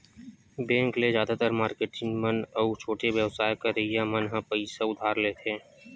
bank ले जादातर marketing मन अउ छोटे बेवसाय करइया मन ह पइसा उधार लेथे